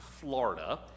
florida